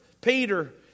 Peter